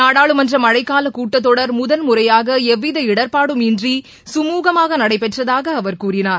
நாடாளுமன்ற மழைக்கால கூட்டத் தொடர் முதன்முறையாக எவ்வித இடர்பாடும் இன்றி கமூகமாக நடைபெற்றதாக அவர் கூறினார்